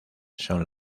son